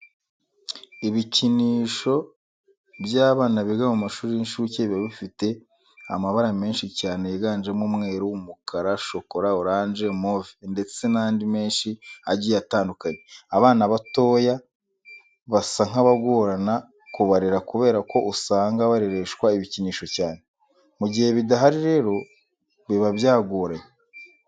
Ibikinisho by'abana biga mu mashuri y'inshuke biba bifite amabara menshi cyane yiganjemo umweru, umukara, shokora, oranje, move ndetse n'andi menshi agiye atandukanye. Abana batoya basa nk'abagorana kubarera kubera ko usanga barereshwa ibikinisho cyane. Mu gihe bidahari rero biba byagoranye.